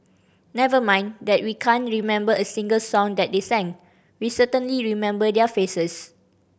never mind that we can't remember a single song that they sang we certainly remember their faces